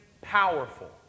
powerful